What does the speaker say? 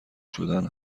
شدن